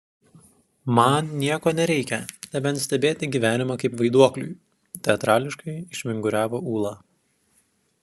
man nieko nereikia nebent stebėti gyvenimą kaip vaiduokliui teatrališkai išvinguriavo ūla